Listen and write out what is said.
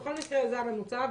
בכל מקרה, זה הממוצע.